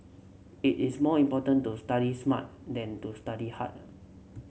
it is more important to study smart than to study hard